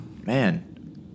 man